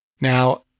Now